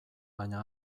baina